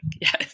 Yes